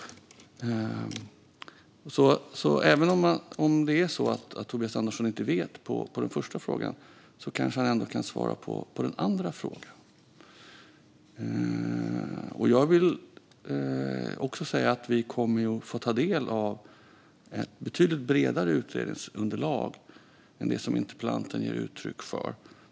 Även om det är så att Tobias Andersson inte vet svaret på den första frågan kanske han ändå kan svara på den andra frågan. Vi kommer att få ta del av ett betydligt bredare utredningsunderlag än det som interpellanten ger uttryck för.